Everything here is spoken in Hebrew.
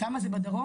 כמה זה בדרום?